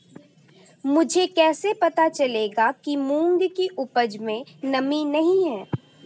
मुझे कैसे पता चलेगा कि मूंग की उपज में नमी नहीं है?